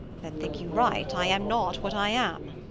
then think you right i am not what i am.